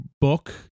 book